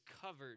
covered